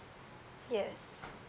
yes